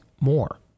more